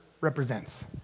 represents